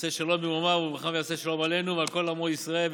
עושה שלום במרומיו הוא ברחמיו יעשה שלום עלינו ועל כל עמו ישראל,